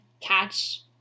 catch